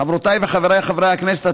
חברותיי וחבריי חברי הכנסת,